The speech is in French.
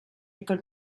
écoles